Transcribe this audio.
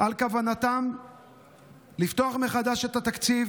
על כוונתם לפתוח מחדש את התקציב